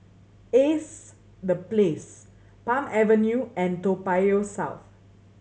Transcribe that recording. Ace The Place Palm Avenue and Toa Payoh South